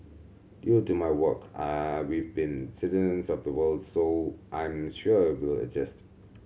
due to my work I we've been citizens of the world so I'm sure we'll adjust